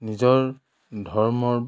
নিজৰ ধৰ্মৰ